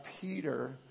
Peter